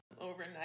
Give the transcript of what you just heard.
overnight